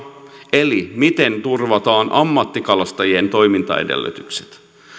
eli miten turvataan ammattikalastajien toimintaedellytykset